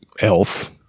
elf